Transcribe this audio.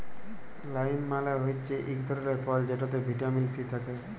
lime মালে হচ্যে ইক ধরলের ফল যেটতে ভিটামিল সি থ্যাকে